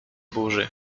burzy